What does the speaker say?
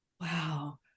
wow